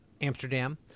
Amsterdam